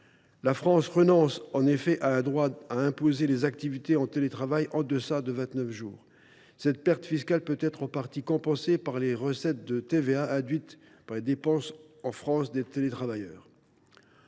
La France renonce en effet à un droit à imposer les activités en télétravail en deçà de 29 jours. Cette perte fiscale peut être en partie compensée par les recettes de TVA induites par les dépenses en France des télétravailleurs.